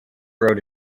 road